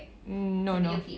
mm no no